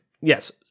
yes